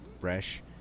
fresh